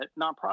nonprofit